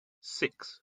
six